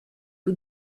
più